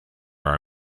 our